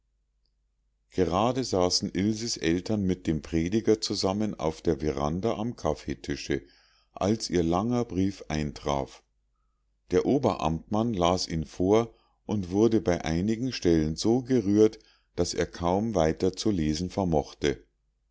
gerade saßen ilses eltern mit dem prediger zusammen auf der veranda am kaffeetische als ihr langer brief eintraf der oberamtmann las ihn vor und wurde bei einigen stellen so gerührt daß er kaum weiter zu lesen vermochte